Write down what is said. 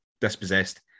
dispossessed